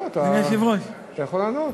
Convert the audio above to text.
אתה יכול לענות,